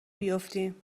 بیفتیم